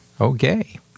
Okay